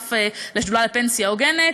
ושותף לשדולה לפנסיה הוגנת,